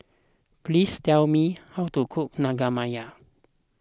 please tell me how to cook Naengmyeon